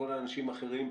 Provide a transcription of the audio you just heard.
לכל האנשים האחרים,